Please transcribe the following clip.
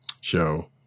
show